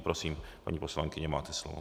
Prosím, paní poslankyně, máte slovo.